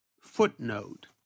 footnote